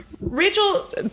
rachel